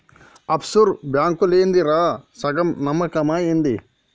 half sure బాంకులేందిరా, సగం నమ్మకమా ఏంది